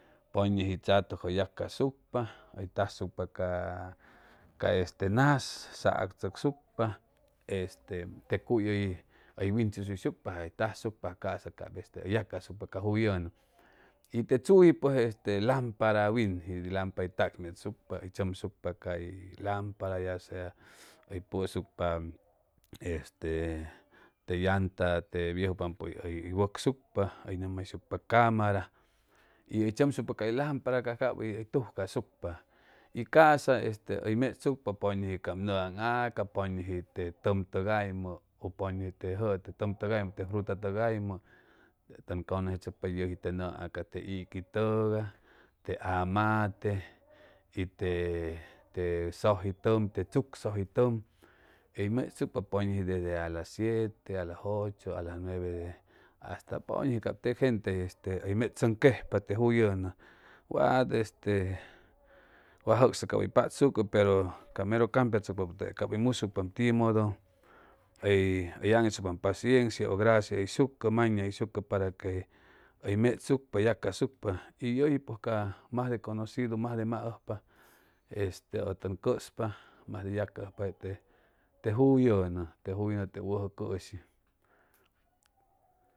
Pʉñʉji tzatʉkjʉ hʉy yacasucpa hʉy tasucpa ca este ca nas saak tzʉcsucpa este te cuy hʉy hʉy tasucpa a ca'sa cap este hʉy yacasucpa ca juyʉnʉ y te tzuji pues este lampara winji lampara hʉy tak mechsucpa hʉy tzʉmsucpa cay lampara ya sea hʉy pʉsucpa te llanta te viejupampʉ hʉy wʉcsucpa hʉy nʉmjayshucpa camara y hʉy tzʉmsucpa cay lampara cas cap hʉy tujcasucpa y ca'sa este hʉy mechsucpa pʉñʉji cap nʉaŋ aca pʉñʉji te tʉn tʉgaymʉ ʉ pʉñuji jʉʉ te tʉm tʉgaymʉ te fruta tʉgaymʉ tʉn cʉnʉseshʉcpa yʉji te nʉʉ aca te iquitʉgay te amate y te te sʉj hʉy tʉm te chucsʉj hʉy tʉm y hʉy mechsucpa pʉñʉji desde a las siete a las ocho a las nueve de la hasta pʉñʉji cap teg gente este hʉy mechsʉŋ quejpa te juyʉnʉ wat este wat jʉcsʉ cap hʉy patsucʉ pero ca mero campichʉcpapʉ cap hʉy musucpam timʉdʉ hʉy hʉy aŋitsucpm paciencia u gracia hʉyshucʉ maña hʉyshucʉ para que hʉy mechsucpa hʉy yacasucpa y yʉji pues ca majde conocido majde maʉjpa este ʉ tʉn cʉspa majde yacahʉypa te te juyʉnʉ te juyʉnʉ tep wʉjʉ cʉshi